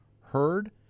heard